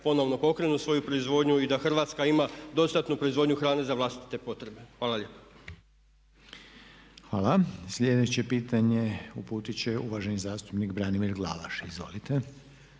ponovno pokrenu svoju proizvodnju i da Hrvatska ima dostatnu proizvodnju hrane za vlastite potrebe. Hvala lijepa. **Reiner, Željko (HDZ)** Hvala. Sljedeće pitanje uputit će uvaženi zastupnik Branimir Glavaš, izvolite.